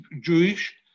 Jewish